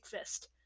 fist